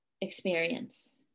experience